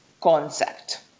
concept